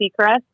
Seacrest